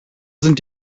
sind